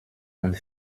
und